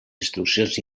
instruccions